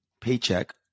paycheck